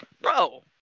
Bro